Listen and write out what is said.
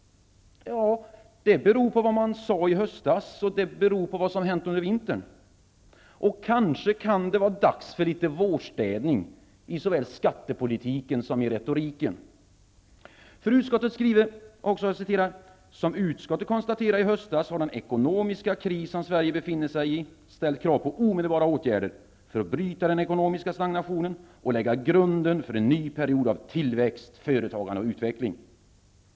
Det beror på vad som sades i höstas och vad som hänt under vintern. Kanske kan det vara dags för litet vårstädning i såväl skattepolitiken som retoriken. Utskottet skriver: ''Som utskottet konstaterade i höstas har den ekonomiska kris som Sverige befinner sig i ställt krav på omedelbara åtgärder för att bryta den ekonomiska stagnationen och lägga grunden för en ny period av tillväxt, företagande och utveckling.''